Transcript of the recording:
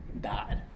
Died